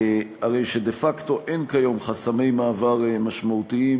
הרי שדה-פקטו אין כיום חסמי מעבר משמעותיים